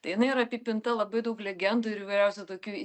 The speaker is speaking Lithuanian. tai jinai yra apipinta labai daug legendų ir įvairiausių tokių įs